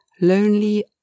lonely